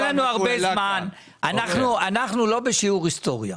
אנחנו לא בשיעור היסטוריה.